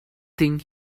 think